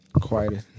Quiet